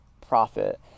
profit